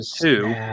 two